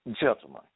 gentlemen